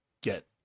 get